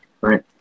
right